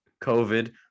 COVID